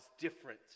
different